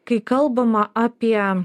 kai kalbama apie